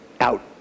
out